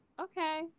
Okay